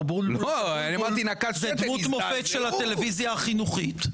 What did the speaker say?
הוא דמות מהטלוויזיה החינוכית.